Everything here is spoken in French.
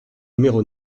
numéro